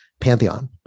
pantheon